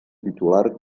titular